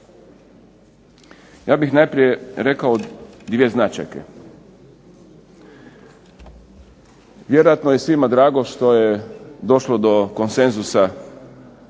Ja bih najprije rekao dvije značajke. Vjerojatno je svima drago što je došlo do konsenzusa